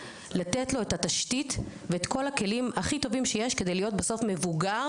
לתת לו את התשתית ואת כל הכלים הכי טובים שיש כדי להיות בסוף מבוגר,